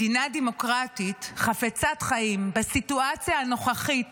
מדינה דמוקרטית חפצת חיים, בסיטואציה הנוכחית